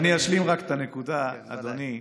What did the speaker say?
אז אני אשלים רק את הנקודה, אדוני.